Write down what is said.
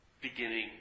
beginning